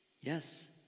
Yes